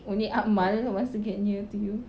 only akmal wants to get near to you